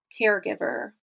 caregiver